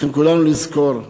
צריכים כולנו לזכור,